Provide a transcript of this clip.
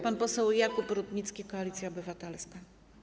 Pan poseł Jakub Rutnicki, Koalicja Obywatelska.